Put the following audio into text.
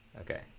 okay